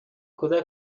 کودک